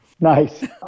Nice